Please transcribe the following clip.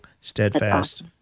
steadfast